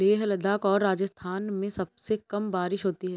लेह लद्दाख और राजस्थान में सबसे कम बारिश होती है